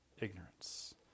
ignorance